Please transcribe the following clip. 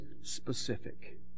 specific